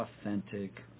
authentic